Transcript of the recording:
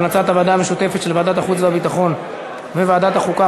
של ועדת החוץ והביטחון וועדת החוקה,